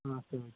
நாற்பதா